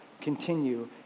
continue